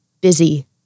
busy